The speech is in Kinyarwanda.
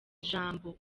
ijambo